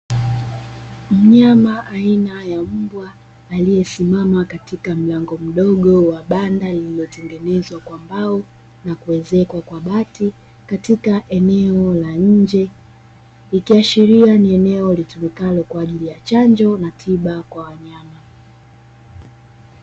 Mnyama aina ya mbwa aliyesimama katika mlango mdogo wa banda lililotengenezwa kwa mbao na kuezekwa kwa bati katika eneo la nje, ikiashiria ni eneo litumikalo kwa ajili ya chanjo na tiba kwa wanyama.